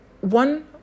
one